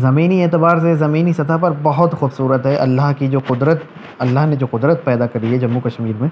زمینی اعتبار سے زمینی سطح پر بہت خوبصورت ہے اللہ کی جو قدرت اللہ نے جو قدرت پیدا کری ہے جمو کشمیر میں